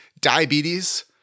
diabetes